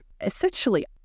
Essentially